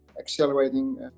accelerating